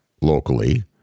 locally